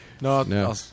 No